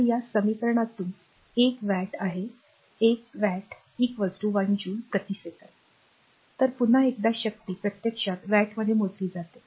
तर या समीकरणातून 1 wattवॅट आहे 1 wattवॅट 1 jouleजूल प्रति सेकंद तर पुन्हा एकदा शक्ती प्रत्यक्षात वॅट्समध्ये मोजली जाते